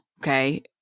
Okay